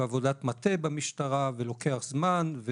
עבודת מטה במשטרה ולוקח זמן,